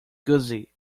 gussie